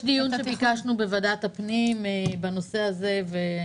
ביקשו דיון בוועדת הפנים בנושא הזה.